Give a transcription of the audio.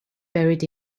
buried